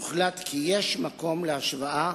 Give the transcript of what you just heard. הוחלט כי יש מקום להשוואה